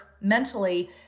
mentally